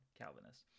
Calvinist